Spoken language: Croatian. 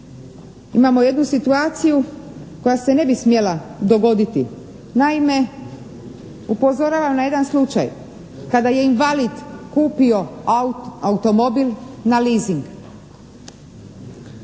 Imamo jednu situaciju koja se ne bi smjela dogoditi. Naime upozoravam na jedan slučaj kada je invalid kupio automobil na leasing.